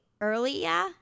earlier